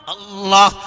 Allah